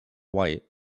white